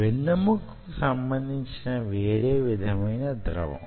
వెన్నెముక కు సంబంధించిన వేరే విధమైన ద్రవం